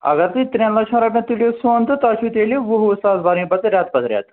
اگر تُہۍ ترٛٮ۪ن لَچھَن رۄپیَن تُلِو سۄن تہٕ تۄہہِ چھُو تیٚلہِ وُہ وُہ ساس بَرٕنۍ پَتہٕ رٮ۪تہٕ پَتہٕ رٮ۪تہٕ